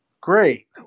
Great